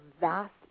vast